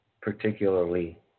particularly